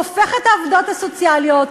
הופך את העובדות הסוציאליות,